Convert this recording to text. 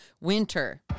Winter